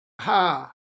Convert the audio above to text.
Ha